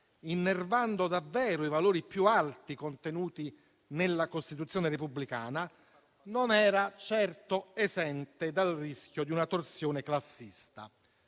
innervando davvero i valori più alti contenuti nella Costituzione repubblicana, non era certo esente dal rischio di una torsione classista.